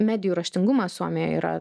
medijų raštingumas suomijoj yra